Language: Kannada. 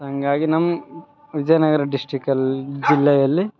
ಹಾಗಾಗಿ ನಮ್ಮ ವಿಜಯನಗರ ಡಿಸ್ಟಿಕಲ್ಲಿ ಜಿಲ್ಲೆಯಲ್ಲಿ